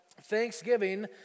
Thanksgiving